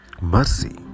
mercy